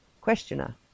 Questioner